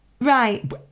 Right